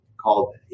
called